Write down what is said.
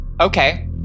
Okay